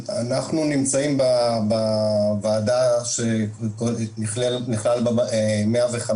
אנחנו נמצאים בוועדה שנכלל בה 105,